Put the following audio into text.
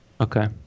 Okay